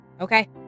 Okay